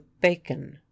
bacon